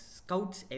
scouts